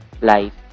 life